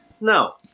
no